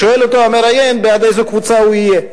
שואל אותו המראיין בעד איזו קבוצה הוא יהיה,